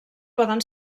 poden